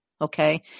Okay